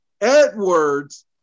Edwards